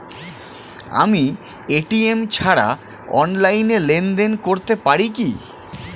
আমি এ.টি.এম ছাড়া অনলাইনে লেনদেন করতে পারি কি?